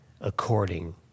according